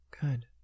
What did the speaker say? Good